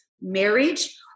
marriage